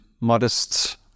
modest